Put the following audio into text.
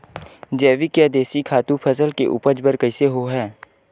जैविक या देशी खातु फसल के उपज बर कइसे होहय?